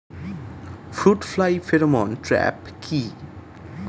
Fruit fly pheromone trap কি?